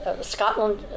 Scotland